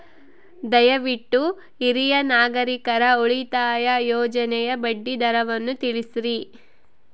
ದಯವಿಟ್ಟು ಹಿರಿಯ ನಾಗರಿಕರ ಉಳಿತಾಯ ಯೋಜನೆಯ ಬಡ್ಡಿ ದರವನ್ನು ತಿಳಿಸ್ರಿ